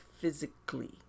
physically